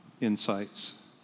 insights